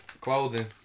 clothing